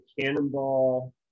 cannonball